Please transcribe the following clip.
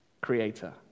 creator